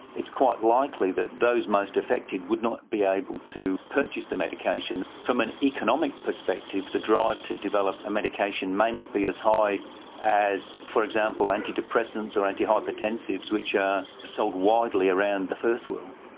it's quite likely that those most affected would not be able to purchase the medication. from an economic prospective, the drive to develop a medication may not be as high as, for example, antidepressants or antihypertensives which are sold widely around the first world.